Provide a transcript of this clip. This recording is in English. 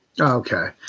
okay